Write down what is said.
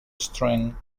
strength